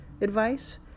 advice